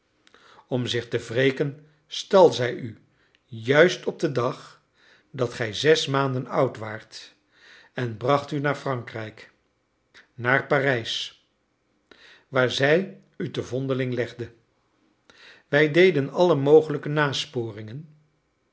om zich te wreken stal zij u juist op den dag dat gij zes maanden oud waart en bracht u naar frankrijk naar parijs waar zij u te vondeling legde wij deden alle mogelijke